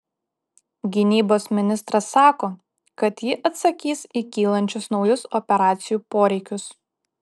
gynybos ministras sako kad ji atsakys į kylančius naujus operacijų poreikius